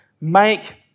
make